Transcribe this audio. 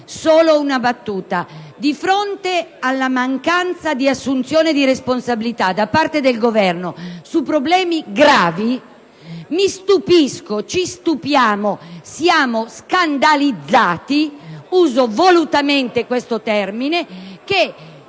solo una battuta: di fronte alla mancanza di assunzione di responsabilità da parte del Governo su problemi gravi, mi stupisco, ci stupiamo, siamo scandalizzati - uso volutamente questo termine - che